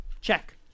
Check